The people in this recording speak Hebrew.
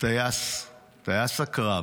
טייס הקרב